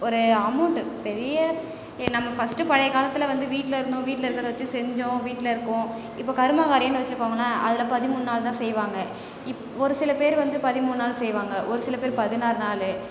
ஒரு அமௌண்ட் பெரிய நம்ம ஃபஸ்ட்டு பழைய காலத்தில் வந்து வீட்டில் இருந்தோம் வீட்டில் இருக்கிறத வச்சு செஞ்சம் வீட்டில் இருக்கோம் இப்போ கர்ம காரியம்னு வச்சுக்கோங்களேன் அதில் பதிமூணு நாள் தான் செய்வாங்க இப் ஒரு சில பேர் வந்து பதிமூணு நாள் செய்வாங்க ஒரு சில பேர் பதினாறு நாள்